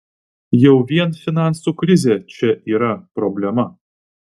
jau vien finansų krizė čia yra problema